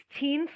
16th